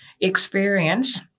experience